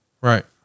Right